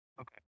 Okay